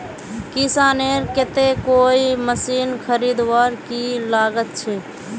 किसानेर केते कोई मशीन खरीदवार की लागत छे?